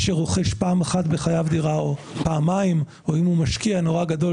שרוכש דירה פעם אחת או פעמיים בחייו או אם הוא משקיע נורא גדול,